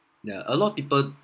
yeah a lot people